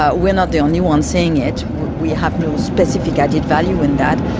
ah we are not the only ones seeing it, we have no specific added value in that,